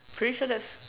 pretty sure that's